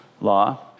law